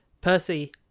Percy